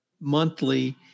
monthly